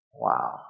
Wow